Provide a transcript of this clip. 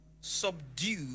subdue